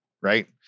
right